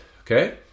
Okay